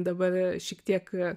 dabar šiek tiek